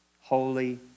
Holy